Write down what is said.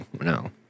No